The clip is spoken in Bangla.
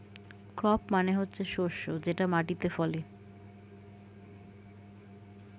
ক্রপ মানে হচ্ছে শস্য যেটা মাটিতে ফলে